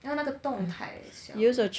然后那个洞太小了